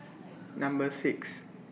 Number six